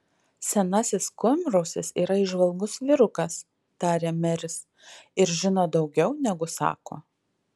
senasis kurmrausis yra įžvalgus vyrukas tarė meris ir žino daugiau negu sako